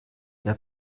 der